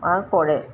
আৰু কৰে